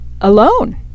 alone